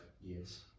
yes